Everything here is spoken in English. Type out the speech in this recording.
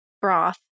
broth